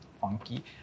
Funky